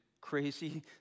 crazy